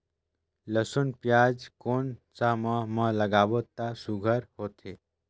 लसुन पियाज कोन सा माह म लागाबो त सुघ्घर होथे?